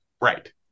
Right